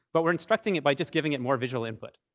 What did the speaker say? but we're instructing it by just giving it more visual input.